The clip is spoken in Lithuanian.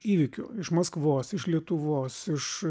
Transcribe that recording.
įvykių iš maskvos iš lietuvos iš